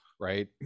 right